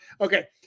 Okay